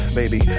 baby